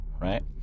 right